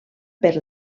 per